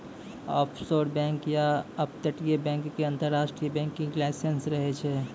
offshore bank या अपतटीय bank के अंतरराष्ट्रीय बैंकिंग लाइसेंस रहै छै